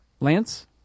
Lance